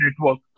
network